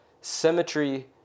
symmetry